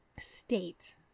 state